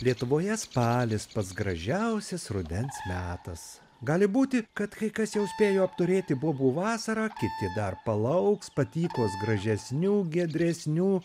lietuvoje spalis pats gražiausias rudens metas gali būti kad kai kas jau spėjo apturėti bobų vasarą kiti dar palauks patykos gražesnių giedresnių